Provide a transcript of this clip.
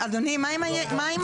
הישיבה ננעלה בשעה